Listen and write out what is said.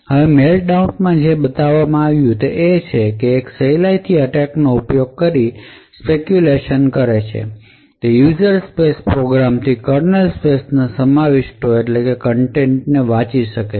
હવે મેલ્ટડાઉનમાં જે દર્શાવ્યું તે એ છે કે એક સહેલાઇથી એટેક નો ઉપયોગ કરીને સ્પેસ્યુલેશન કરે છે તે યુઝર સ્પેસ પ્રોગ્રામ થી તે કર્નલ સ્પેસ ના સમાવિષ્ટોને વાંચી શકશે